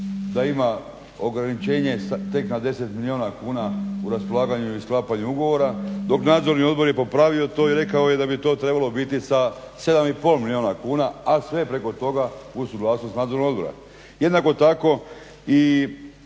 da ima ograničenje tek na 10 milijuna kuna u u raspolaganju ili sklapanju ugovora dok je Nadzorni odbor popravio to i rekao je da bi to trebalo biti sa 7,5 milijuna kuna, a sve preko toga uz suglasnost Nadzornog odbora. Jednako tako i